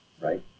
right